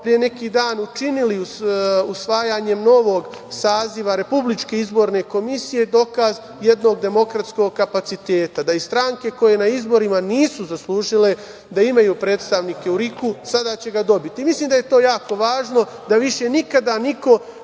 pre neki dan učinili usvajanjem novog saziva RIK je dokaz jednog demokratskog kapaciteta, da i stranke koje na izborima nisu zaslužile da imaju predstavnike u RIK-u, sada će ga dobiti. Mislim da je to jako važno, da više nikada niko